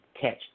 catch